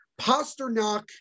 Pasternak